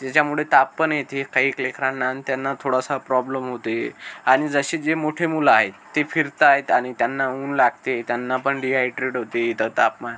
ज्याच्यामुळे ताप पण येते कैक लेकरांनान् त्यांना थोडासा प्रॉब्लम होते आणि जसे जे मोठे मुलं आहेत ते फिरत आहेत आणि त्यांना ऊन लागते त्यांना पण डिहायड्रेट होते इथं तापमान